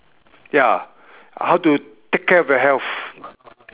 ya how to take care of your health